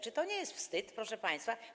Czy to nie jest wstyd, proszę państwa?